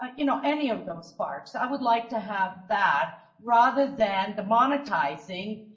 you know, any of those sparks i would like to have that rather than the monetizing.